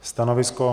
Stanovisko?